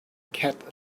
cat